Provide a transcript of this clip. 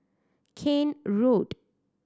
Keene Road